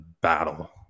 battle